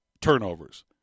turnovers